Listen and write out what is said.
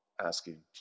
asking